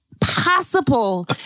possible